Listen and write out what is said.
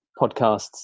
podcasts